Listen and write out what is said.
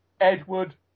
Edward